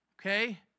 okay